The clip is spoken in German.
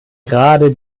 gerade